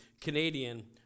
Canadian